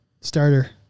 starter